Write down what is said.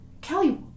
Kelly